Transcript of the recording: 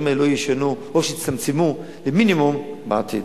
האלה לא יישנו או שיצטמצמו למינימום בעתיד.